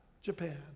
Japan